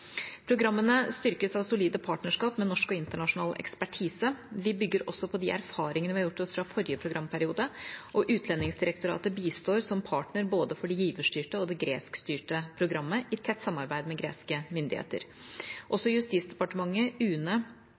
Programmene styrkes av solide partnerskap med norsk og internasjonal ekspertise. Vi bygger også på de erfaringene vi har gjort oss fra forrige programperiode, og Utlendingsdirektoratet bistår som partner for både det giverstyrte og det greskstyrte programmet, i tett samarbeid med greske myndigheter. Også Justisdepartementet, UNE,